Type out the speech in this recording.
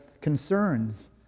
concerns